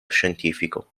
scientifico